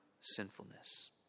sinfulness